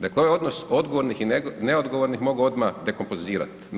Dakle, ovaj odnos odgovornih i neodgovornih mogu odmah nekompozorirati.